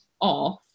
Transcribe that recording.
off